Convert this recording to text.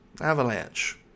avalanche